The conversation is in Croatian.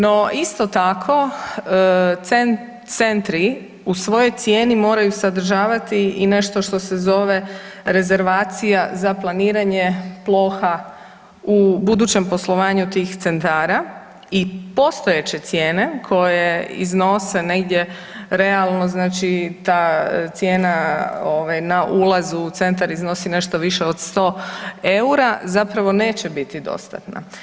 No isto tako centri u svojoj cijeni moraju sadržavati i nešto što se zove rezervacija za planiranje ploha u budućem poslovanju tih centara i postojeće cijene koje iznose negdje realno znači ta cijena na ulazu u centar iznosi nešto više od 100 eura zapravo neće biti dostatna.